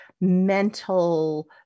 mental